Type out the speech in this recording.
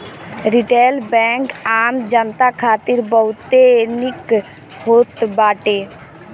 retail bank आम जनता खातिर बहुते निक होत बाटे